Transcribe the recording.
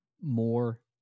more